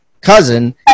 cousin